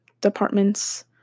departments